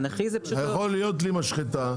יכולה להיות לי משחטה,